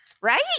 Right